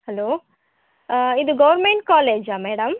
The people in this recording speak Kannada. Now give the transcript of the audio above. ಹಲೋ ಇದು ಗೋರ್ಮೆಂಟ್ ಕಾಲೇಜಾ ಮೇಡಮ್